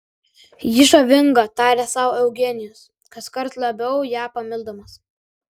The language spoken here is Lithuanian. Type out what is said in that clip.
ji žavinga tarė sau eugenijus kaskart labiau ją pamildamas